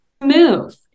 move